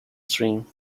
stream